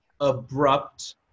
abrupt